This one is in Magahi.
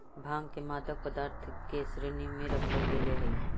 भाँग के मादक पदार्थ के श्रेणी में रखल गेले हइ